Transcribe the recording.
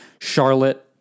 Charlotte